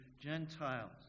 Gentiles